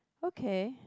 okay